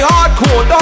Hardcore